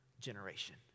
generation